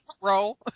Roll